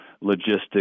logistics